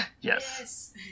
Yes